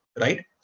right